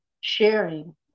sharing